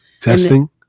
Testing